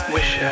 Wish